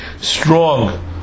strong